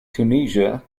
tunisia